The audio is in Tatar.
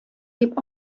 дип